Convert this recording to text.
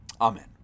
Amen